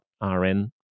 RN